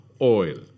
oil